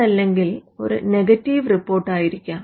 അതല്ലെങ്കിൽ ഒരു നെഗറ്റീവ് റിപ്പോർട്ടായിരിക്കാം